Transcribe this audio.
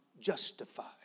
justified